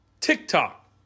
TikTok